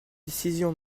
décisions